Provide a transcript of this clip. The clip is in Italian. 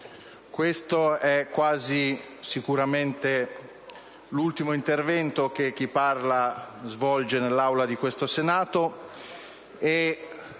questo è quasi sicuramente l'ultimo intervento che chi vi parla svolge nell'Aula del Senato.